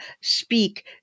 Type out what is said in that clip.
speak